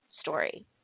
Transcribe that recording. story